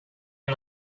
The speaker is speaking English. and